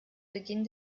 beginn